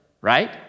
right